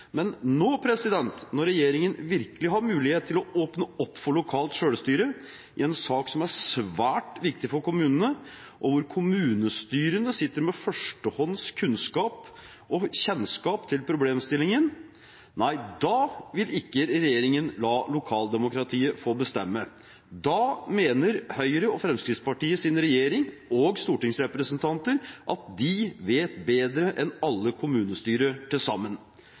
Men nå, når regjeringen virkelig har mulighet til å åpne opp for lokalt selvstyre i en sak som er svært viktig for kommunene, og hvor kommunestyrene sitter med førstehånds kunnskap og kjennskap til problemstillingen, nei da vil ikke regjeringen la lokaldemokratiet få bestemme. Da mener Høyres og Fremskrittspartiets regjering og stortingsrepresentanter at de vet bedre enn alle kommunestyrer til sammen.